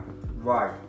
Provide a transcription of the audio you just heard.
Right